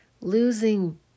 Losing